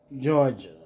Georgia